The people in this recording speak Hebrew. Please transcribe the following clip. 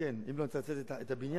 אני אתייחס גם למה שאמרת אתמול.